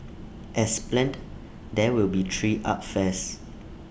as planned there will be three art fairs